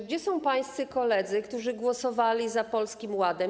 Gdzie są pańscy koledzy, którzy głosowali za Polskim Ładem?